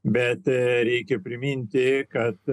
bet reikia priminti kad